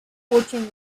fortress